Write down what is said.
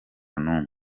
n’umwe